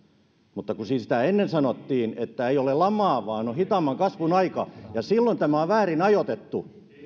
mutta kun siinä sitä ennen sanottiin että ei ole lamaa vaan on hitaamman kasvun aika niin silloin tämä on väärin ajoitettu